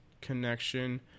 connection